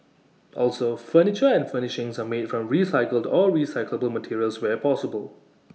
also furniture and furnishings are made from recycled or recyclable materials where possible